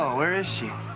where is she?